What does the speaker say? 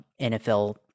NFL